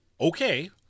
okay